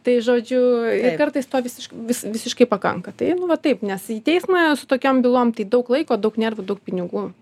tai žodžiu ir kartais to visišk vi visiškai pakanka tai nu va taip nes į teismą tokiom bylom tai daug laiko daug nervų daug pinigų